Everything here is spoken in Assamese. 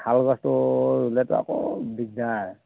শাল গছটো ৰুলেতো আকৌ দিগদাৰ